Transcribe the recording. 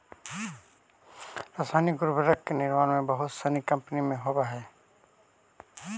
रसायनिक उर्वरक के निर्माण बहुत सनी कम्पनी में होवऽ हई